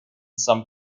some